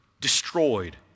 destroyed